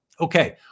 Okay